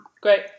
Great